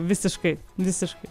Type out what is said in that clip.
visiškai visiškai